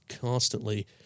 constantly